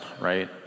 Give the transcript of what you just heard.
right